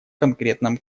конкретном